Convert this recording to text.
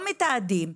לא מתעדים,